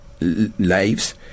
lives